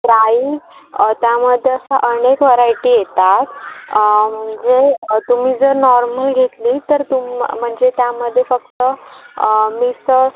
price त्यामध्ये असं अनेक व्हरायटी येतात म्हणजे तुम्ही जर नॉर्मल घेतली तर तुम म्हणजे त्यामध्ये फक्त मिसळ